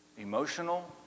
Emotional